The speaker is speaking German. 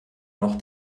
noch